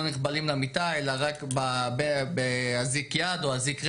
נכבלים למיטה אלא רק באזיק יד או אזיק רגל,